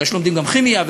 כי לומדים גם כימיה,